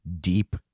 deep